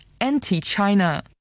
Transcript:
anti-China